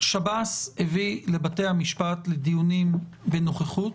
שב"ס הביא לבתי המשפט לדיונים בנוכחות